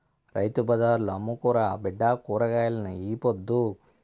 రైతు బజార్ల అమ్ముకురా బిడ్డా కూరగాయల్ని ఈ పొద్దు